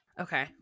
okay